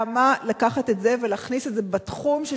למה לקחת את זה ולהכניס את זה בתחום של